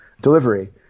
delivery